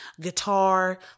guitar